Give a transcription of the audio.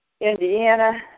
Indiana